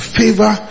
favor